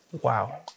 Wow